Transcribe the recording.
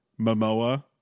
Momoa